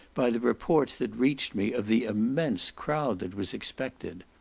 by the reports that reached me of the immense crowd that was expected.